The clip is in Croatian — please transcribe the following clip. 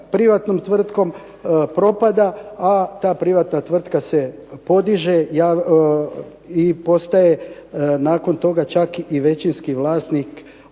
privatnom tvrtkom propada, a ta privatna tvrtka se podiže i postaje nakon toga čak i većinski vlasnik